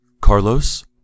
Carlos